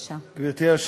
אנחנו חייבים לוודא